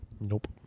Nope